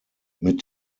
mit